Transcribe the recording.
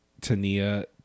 Tania